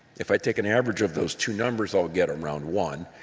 if i take an average of those two numbers, i'll get around one.